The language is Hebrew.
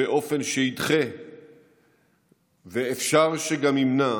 באופן שידחה ואפשר שגם ימנע